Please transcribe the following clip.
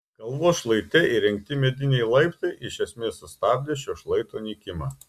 kalvos šlaite įrengti mediniai laiptai iš esmės sustabdė šio šlaito nykimą